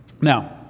Now